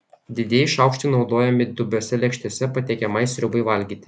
didieji šaukštai naudojami dubiose lėkštėse patiekiamai sriubai valgyti